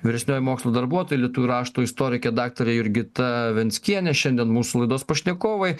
vyresnioji mokslo darbuotoja lietuvių rašto istorikė daktarė jurgita venckienė šiandien mūsų laidos pašnekovai